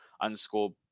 underscore